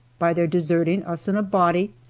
by their deserting us in a body,